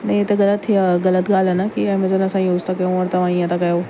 न हे त ग़लति थी आहे ग़लति ॻाल्हि आहे न की एमेजॉन असां यूज था कयऊं और तव्हां ईअं था कयो